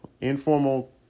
informal